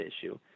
issue